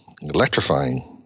electrifying